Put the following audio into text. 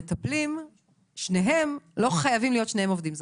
שהמטפלים, שניהם, לא חייבים להיות עובדים זרים.